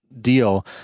deal